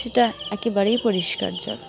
সেটা একেবারেই পরিষ্কার জল